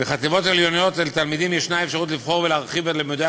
בחטיבות העליונות לתלמידים יש אפשרות לבחור ולהרחיב את לימודי